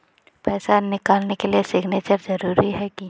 पैसा निकालने सिग्नेचर जरुरी है की?